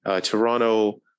Toronto